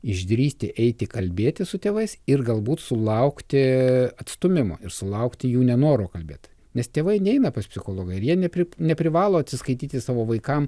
išdrįsti eiti kalbėtis su tėvais ir galbūt sulaukti atstūmimo ir sulaukti jų nenoro kalbėt nes tėvai neina pas psichologąir jie nepri neprivalo atsiskaityti savo vaikamir